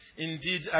Indeed